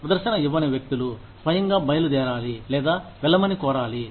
ప్రదర్శన ఇవ్వని వ్యక్తులు స్వయంగా బయలుదేరాలి లేదా వెళ్ళమని కోరాలి